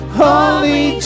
holy